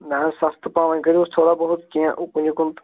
نہٕ حَظ سستہِ پہم وۄںۍ کٔرہوُس تھوڑا بُہت کینٛہہ اُکُن یُکن